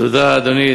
תודה, אדוני.